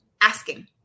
asking